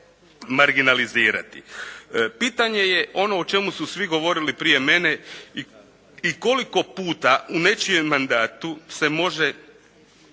Pitanje je ono o čemu su svi govorili prije mene i koliko puta se u nečijem mandatu se može